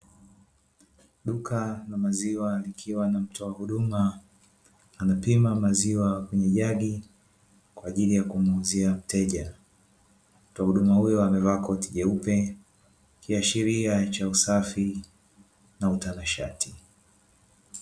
Duka la maziwa likiwa na mtoa huduma anapima maziwa kwenye jagi kwa ajili ya kumuuzia mteja mtoa huduma huyo amevaa koti jeupe, kiashiria cha usafi na utana shati.